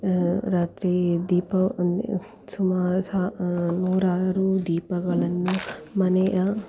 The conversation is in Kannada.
ರಾತ್ರಿ ದೀಪವನ್ನು ಸುಮಾರು ಸಾ ನೂರಾರು ದೀಪಗಳನ್ನು ಮನೆಯ